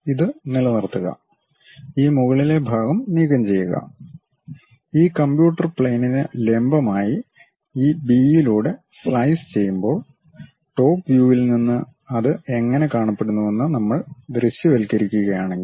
ഇത് നിലനിർത്തുക ഈ മുകളിലെ ഭാഗം നീക്കംചെയ്യുക ഈ കമ്പ്യൂട്ടർ പ്ലെയിനിന് ലംബമായി ഈ ബിയിലൂടെ സ്ലൈസ് ചെയ്യുമ്പോൾ ടോപ് വ്യൂവിൽ നിന്ന് അത് എങ്ങനെ കാണപ്പെടുന്നുവെന്ന് നമ്മൾ ദൃശ്യവൽക്കരിക്കുകയാണെങ്കിൽ